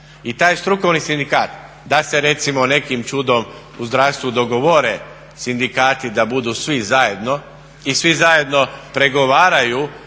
I taj strukovni sindikat da se recimo nekim čudom u zdravstvu dogovore sindikati da budu svi zajedno i svi zajedno pregovaraju